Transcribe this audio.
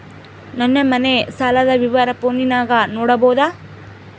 ನನ್ನ ಮನೆ ಸಾಲದ ವಿವರ ಫೋನಿನಾಗ ನೋಡಬೊದ?